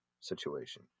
situation